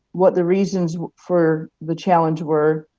what the reasons for the challenge were,